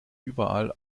überall